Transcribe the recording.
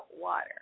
water